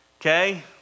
okay